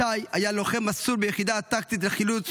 שי היה לוחם מסור ביחידה הטקטית לחילוץ